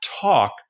talk